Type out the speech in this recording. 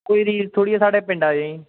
कुड़ी कुड़ी साढ़े पिंडा दी